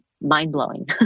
mind-blowing